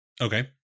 Okay